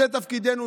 זה תפקידנו,